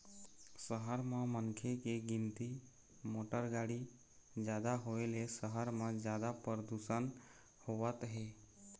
सहर म मनखे के गिनती, मोटर गाड़ी जादा होए ले सहर म जादा परदूसन होवत हे